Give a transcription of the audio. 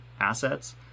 assets